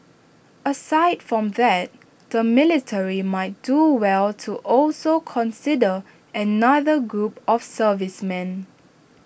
aside from that the military might do well to also consider another group of servicemen